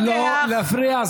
נא לא להפריע.